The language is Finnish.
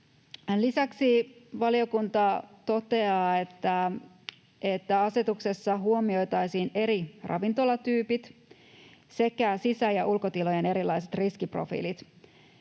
Lisäksi valiokunta toteaa, että asetuksessa huomioitaisiin eri ravintolatyypit sekä sisä- ja ulkotilojen erilaiset riskiprofiilit